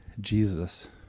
Jesus